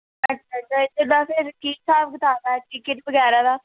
ਅੱਛਾ ਅੱਛਾ ਇੱਥੇ ਦਾ ਫਿਰ ਕੀ ਹਿਸਾਬ ਕਿਤਾਬ ਹੈ ਟਿਕਟ ਵਗੈਰਾ ਦਾ